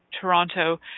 Toronto